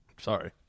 Sorry